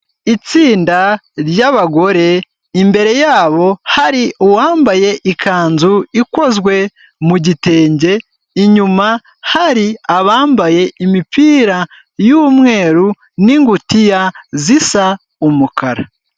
Itsinda ry'abagore imbere yabo hari uwambaye ikanzu ikozwe mu gitenge, inyuma hari abambaye imipira y'umweru n'ingutiya zisa umukara.